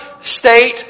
state